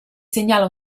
segnala